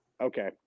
Okay